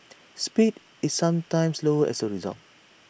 speed is sometimes slower as A result